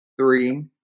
three